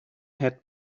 had